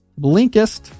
Blinkist